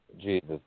Jesus